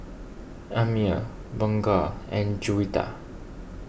Ammir Bunga and Juwita